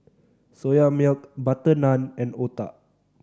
Soya Milk butter naan and otah